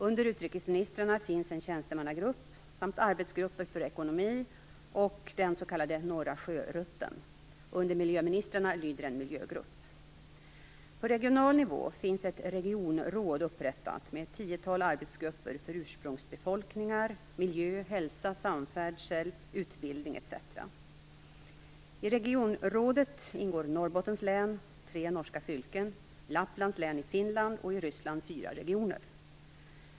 Under utrikesministrarna finns en tjänstemannagrupp samt arbetsgrupper för ekonomi och den s.k. På regional nivå finns ett regionråd upprättat, med ett tiotal arbetsgrupper för ursprungsbefolkningar, miljö, hälsa, samfärdsel, utbildning etc. I regionrådet ingår Norrbottens län, tre norska fylken, Lapplands län i Finland och i Ryssland fyra regioner.